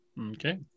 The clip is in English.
Okay